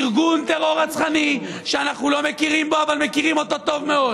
ארגון טרור רצחני שאנחנו לא מכירים בו אבל מכירים אותו טוב מאוד.